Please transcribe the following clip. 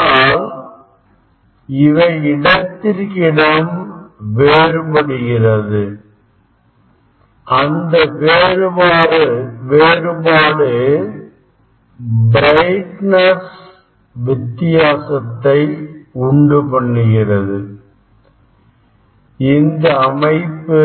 ஆனால் இவை இடத்திற்கு இடம் வேறுபடுகிறது அந்த வேறுபாடு பிரைட்னஸ் வித்தியாசத்தை உண்டு பண்ணுகிறது இந்த அமைப்பு